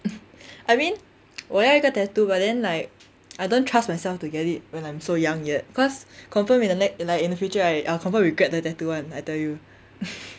I mean 我要一个 tattoo but then like I don't trust myself to get it when I'm so young yet cause confirm in the ne~ like in the future right I'll confirm regret the tattoo [one] I tell you